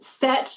set